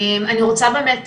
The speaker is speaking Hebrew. אני רוצה באמת,